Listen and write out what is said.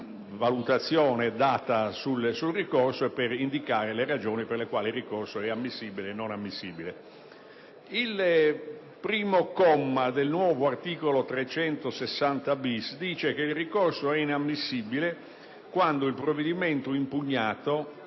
Il primo comma del nuovo articolo 360*-bis* prevede che il ricorso sia inammissibile quando il provvedimento impugnato